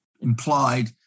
implied